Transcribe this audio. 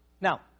Now